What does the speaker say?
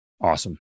Awesome